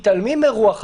מתעלמים מרוח החוק,